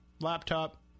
laptop